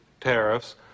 tariffs